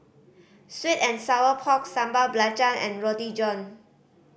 sweet and sour pork Sambal Belacan and Roti John